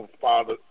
father